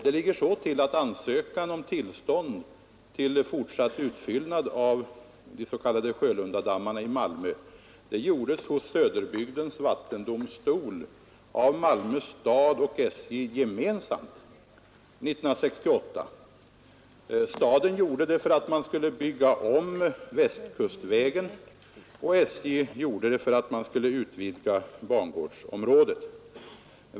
Det ligger så till att ansökan om fortsatt utfyllnad av de s.k. Sjölundadammarna i Malmö ingavs till Söderbygdens vattendomstol av Malmö stad och SJ gemensamt 1968. Staden gjorde det för att man skulle bygga om Västkustvägen, och SJ gjorde det för att man skulle utvidga bangårdsområdet.